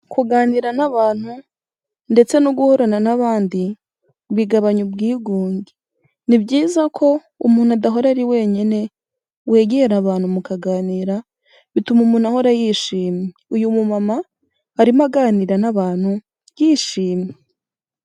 Kuganira n'abantu ndetse no guhorana n'abandi bigabanya ubwigunge. Ni byiza ko umuntu adahora ari wenyine wegera abantu mukaganira, bituma umuntu ahora yishimye. Uyu mumama arimo aganira n'abantu yishimye.